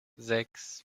sechs